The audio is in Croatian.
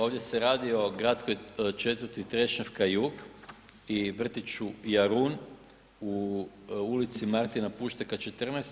Ovdje se radi o gradskoj četvrti Trešnjevka-Jug i Vrtiću Jarun u Ulici Martina Pušteka 14.